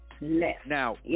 Now